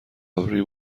ابری